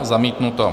Zamítnuto.